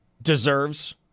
Deserves